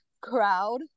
crowd